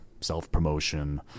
self-promotion